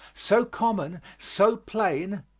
so common, so plain,